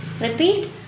Repeat